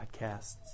Podcasts